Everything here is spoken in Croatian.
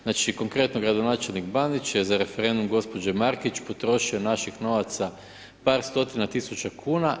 Znači konkretno gradonačelnik Bandić je za referendum gospođe Markić potrošio naših novaca par stotina tisuća kuna.